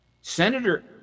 Senator